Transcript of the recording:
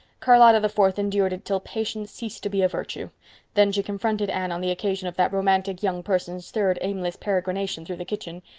charlotta the fourth endured it till patience ceased to be a virtue then she confronted anne on the occasion of that romantic young person's third aimless peregrination through the kitchen.